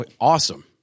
Awesome